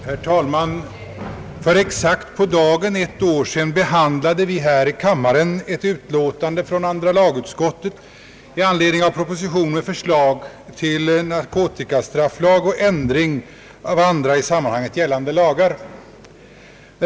Herr talman! För exakt på dagen ett år sedan behandlade vi här i kammaren ett utlåtande från andra lagutskottet i anledning av proposition med förslag till narkotikastrafflag och ändring av andra i sammanhanget gällande lagar.